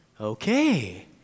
okay